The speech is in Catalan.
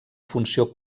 funció